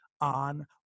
on